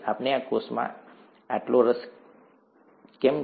આપણને આ કોષમાં આટલો રસ કેમ છે